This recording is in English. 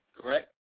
correct